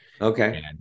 Okay